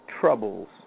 troubles